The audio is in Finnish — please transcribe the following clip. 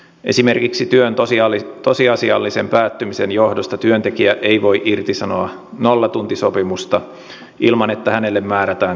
esimerkiksi työn tosiasiallisen päättymisen johdosta työntekijä ei voi irtisanoa nollatuntisopimusta ilman että hänelle määrätään karenssi